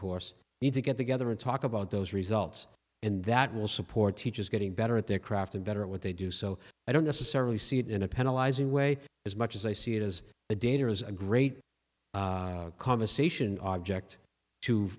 course need to get together and talk about those results and that will support teachers getting better at their craft and better at what they do so i don't necessarily see it in a penalize a way as much as i see it as a danger is a great conversation object to